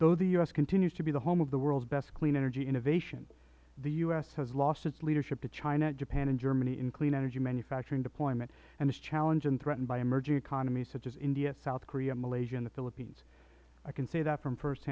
though the u s continues to be the home of the world's best clean energy innovation the u s has lost its leadership to china japan and germany in clean energy manufacturing deployment and is challenged and threatened by emerging economies such as india south korea malaysia and the philippines i can say that from first